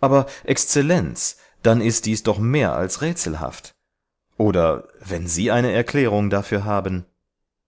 aber exzellenz dann ist dies doch mehr als rätselhaft oder wenn sie eine erklärung dafür haben